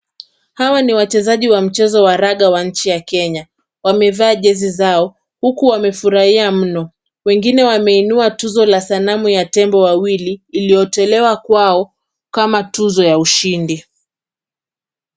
Hawa ni wachezaji wa mchezo wa raga wa nchi ya Kenya. Wamevaa jezi zao huku wamefurahia sana. Wengine wameinua tuzo la sanamu ya tembo wawili, iliyotolewa kwao kama tuzo ya ushindi.